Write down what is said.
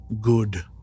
good